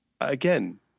again